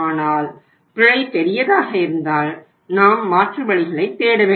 ஆனால் பிழை பெரியதாக இருந்தால் நாம் மாற்று வழிகளைத் தேட வேண்டும்